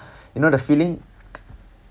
you know the feeling